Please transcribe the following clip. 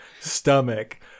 stomach